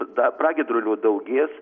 dar pragiedrulių daugės